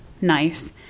nice